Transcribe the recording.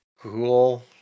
cool